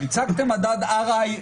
הצגתם מדד RIA,